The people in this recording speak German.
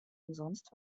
umsonst